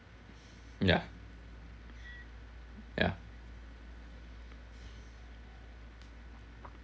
ya ya